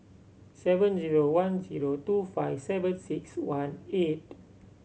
seven zero one zero two five seven six one eight